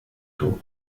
tours